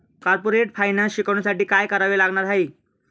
Corporate finance शिकण्यासाठी काय करावे लागणार आहे?